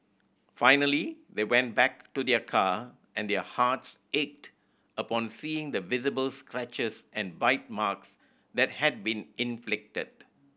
finally they went back to their car and their hearts ached upon seeing the visibles scratches and bite marks that had been inflicted